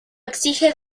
exige